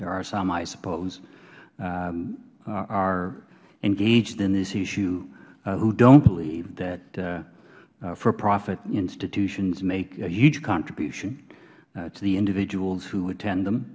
there are some i suppose are engaged in this issue who don't believe that for profit institutions make a huge contribution to the individuals who attend them